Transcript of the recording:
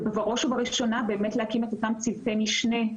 ובראש ובראשונה להקים את צוותי המשנה.